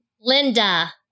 Linda